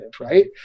right